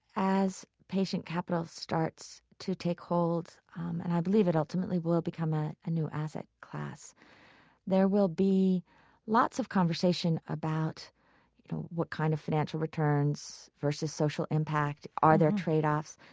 as patient capital starts to take hold and i believe it ultimately will become a ah new asset class there will be lots of conversation about you know what kind of financial returns versus social impact? are there tradeoffs?